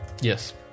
Yes